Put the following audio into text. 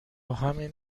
همین